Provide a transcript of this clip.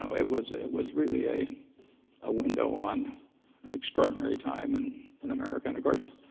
it was it was really a ah window on an extraordinary time and in america. and of course,